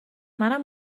منم